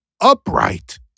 upright